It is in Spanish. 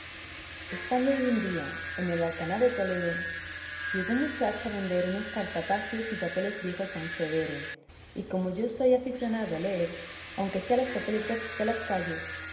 estando yo un día en el alcaná de toledo llegó un muchacho a vender unos cartapacios y papeles viejos a un sedero y como yo soy aficionado a leer aunque sean los papeles rotos de las calles